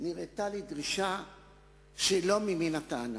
נראתה לי דרישה שלא ממין הטענה.